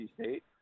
State